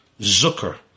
Zucker